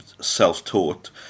self-taught